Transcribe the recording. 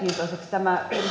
tämä edustaja